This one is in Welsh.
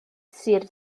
sir